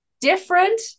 different